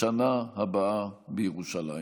לשנה הבאה בירושלים.